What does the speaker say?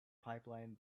pipeline